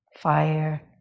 fire